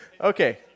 Okay